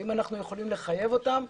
האם אנחנו יכולים לחייב אותם?